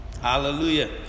Hallelujah